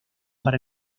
para